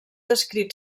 descrit